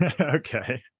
Okay